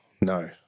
no